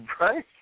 Right